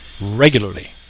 regularly